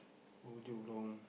oh Jurong